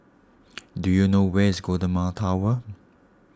do you know where is Golden Mile Tower